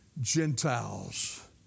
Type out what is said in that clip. Gentiles